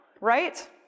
right